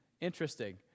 interesting